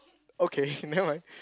okay never mind